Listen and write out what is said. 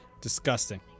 Disgusting